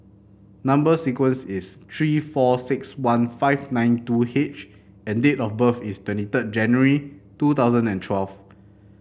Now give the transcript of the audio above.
number sequence is three four six one five nine two H and date of birth is twenty third January two thousand and twelve